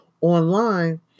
online